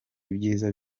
ibyiza